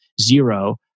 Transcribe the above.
zero